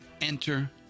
Enter